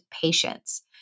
patience